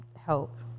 help